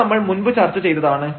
ഇത് നമ്മൾ മുൻപ് ചർച്ച ചെയ്തതാണ്